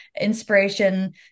inspiration